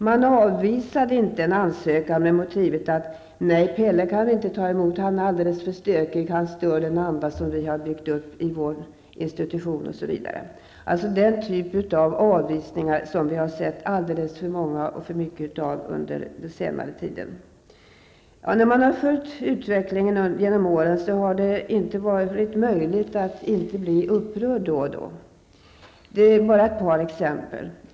Man avvisade inte en ansökan med motivet att Pelle kan vi inte ta emot, för han är alldeles för stökig och stör den anda som vi har byggt upp i vår institution, osv. Den typen av avvisningar har vi sett alldeles för många av under senare tid. När man har följt utvecklingen genom åren, har man inte kunnat undgå att bli upprörd då och då. Jag skall bara ta ett exempel.